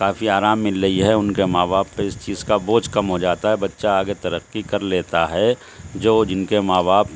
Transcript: کافی آرام مل رہی ہے ان کے ماں باپ پہ اس چیز کا بوجھ کم ہوجاتا ہے بچہ آگے ترقی کر لیتا ہے جو جن کے ماں باپ